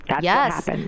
Yes